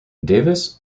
davis